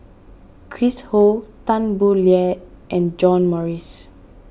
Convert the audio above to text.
Chris Ho Tan Boo Liat and John Morrice